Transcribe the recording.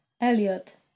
Elliot